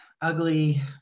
ugly